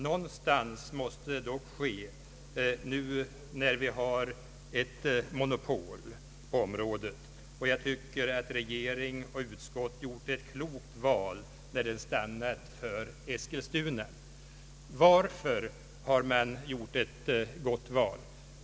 Någonstans måste det dock ske nu när vi har ett monopol på området, och jag tycker att regeringen och utskottet gjort ett klokt val när de stannat för Eskilstuna. Varför har man gjort ett gott val?